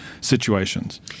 situations